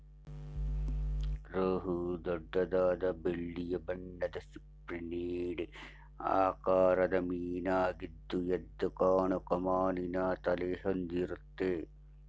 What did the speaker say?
ರೋಹು ದೊಡ್ಡದಾದ ಬೆಳ್ಳಿಯ ಬಣ್ಣದ ಸಿಪ್ರಿನಿಡ್ ಆಕಾರದ ಮೀನಾಗಿದ್ದು ಎದ್ದುಕಾಣೋ ಕಮಾನಿನ ತಲೆ ಹೊಂದಿರುತ್ತೆ